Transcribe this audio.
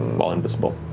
while invisible.